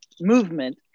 movement